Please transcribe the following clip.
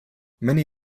many